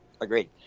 Agreed